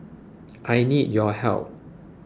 I need your help